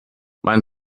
mein